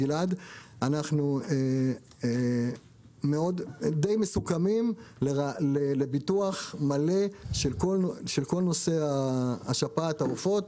אנחנו די מסוכמים על ביטוח מלא של כל נושא שפעת העופות.